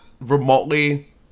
remotely